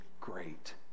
great